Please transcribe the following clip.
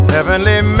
Heavenly